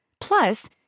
Plus